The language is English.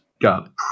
got